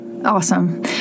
Awesome